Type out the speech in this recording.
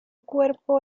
cuerpo